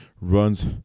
runs